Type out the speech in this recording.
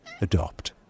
Adopt